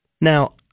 Now